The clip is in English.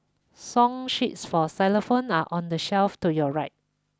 song sheets for xylophones are on the shelf to your right